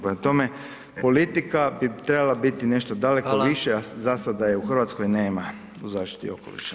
Prema tome, politika bi trebala biti nešto daleko više [[Upadica: Hvala.]] a zasada je u Hrvatskoj nema u zaštiti okoliša.